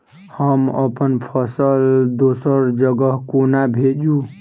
हम अप्पन फसल दोसर जगह कोना भेजू?